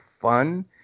fun